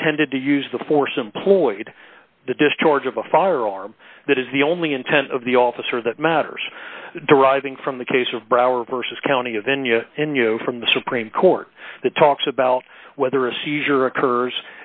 intended to use the force employed the discharge of a firearm that is the only intent of the officer that matters deriving from the case of broward versus county a venue in you know from the supreme court that talks about whether a seizure occurs